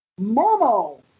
Momo